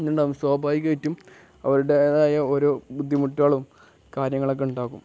ഉണ്ടാകും സ്വാഭാവികമായിട്ടും അവരുടേതായ ഓരോ ബുദ്ധിമുട്ടുകളും കാര്യങ്ങളൊക്കെ ഉണ്ടാകും